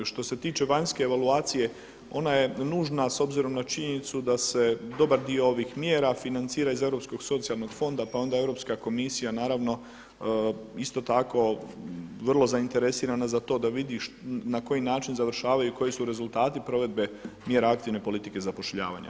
Što se tiče vanjske evaluacije, ona je nužna s obzirom na činjenicu da se dobar dio ovih mjera financira iz Europskog socijalnog fonda pa onda Europska komisija naravno isto tako vrlo zainteresirana za to da vidi na koji način završavaju i koji su rezultati provedbe mjera aktivne politike zapošljavanja.